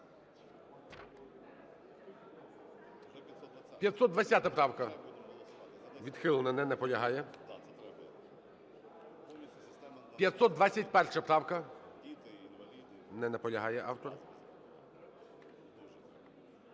520 правка – відхилена. Не наполягає. 521 правка. Не наполягає автор.